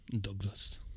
Douglas